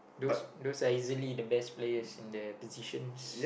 those those are easily the best players in their positions